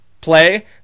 play